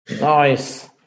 Nice